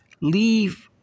leave